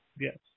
yes